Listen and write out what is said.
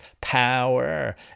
power